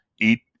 eat